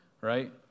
right